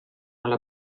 alla